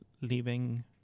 Leaving